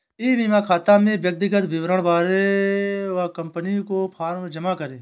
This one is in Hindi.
ई बीमा खाता में व्यक्तिगत विवरण भरें व कंपनी को फॉर्म जमा करें